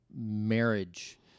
marriage